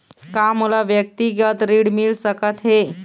का मोला व्यक्तिगत ऋण मिल सकत हे?